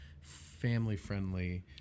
family-friendly